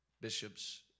Bishops